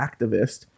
activist